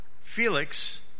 Felix